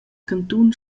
cantun